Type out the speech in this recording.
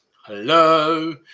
Hello